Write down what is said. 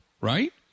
right